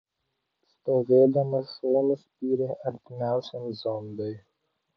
stovėdamas šonu spyrė artimiausiam zombiui